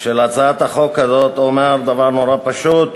של הצעת החוק הזאת אומר דבר מאוד פשוט,